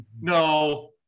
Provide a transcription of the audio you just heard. no